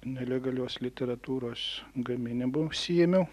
nelegalios literatūros gaminimu užsiėmiau